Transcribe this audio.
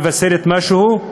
מבשרת משהו?